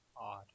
Odd